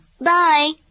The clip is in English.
Bye